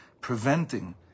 preventing